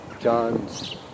John's